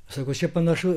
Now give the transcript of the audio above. sako čia panašu